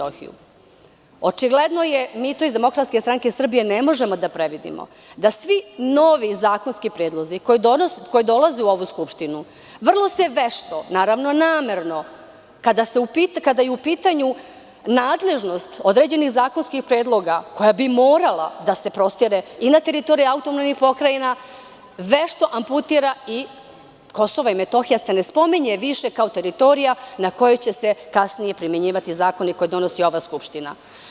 Očigledno je, mi to iz DSS ne možemo da previdimo, da svi novi zakonski predlozi koji dolaze u ovu Skupštinu, vrlo se vešto, naravno, namerno, kada je u pitanju nadležnost određenih zakonskih predloga, koja bi morala da se prostire i na teritoriji autonomnih pokrajina, vešto amputira, a KiM se ne spominje više kao teritorija na kojoj će se kasnije primenjivati zakoni koje donosi ova Skupština.